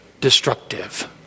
destructive